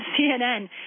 CNN